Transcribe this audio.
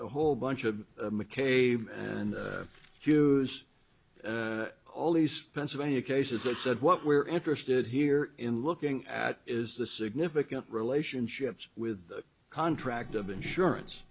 a whole bunch of mccabe and hughes all these pennsylvania cases that said what we're interested here in looking at is the significant relationships with the contract of insurance